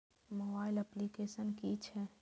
Mobile application कि छै?